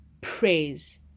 praise